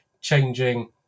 changing